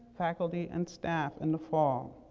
faculty, and staff in the fall.